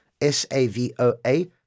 S-A-V-O-A